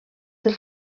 del